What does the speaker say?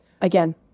Again